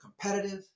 competitive